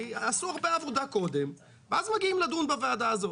עשו הרבה עבודה קודם ואז מגיעים לדון בוועדה הזאת.